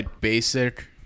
basic